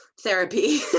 therapy